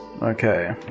Okay